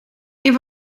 een